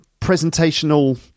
presentational